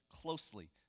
closely